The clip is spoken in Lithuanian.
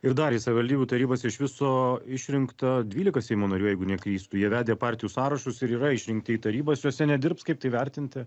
ir dar į savivaldybių tarybas iš viso išrinkta dvylika seimo narių jeigu neklystu jie vedę partijų sąrašus ir yra išrinkti į tarybas jose nedirbs kaip tai vertinti